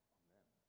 amen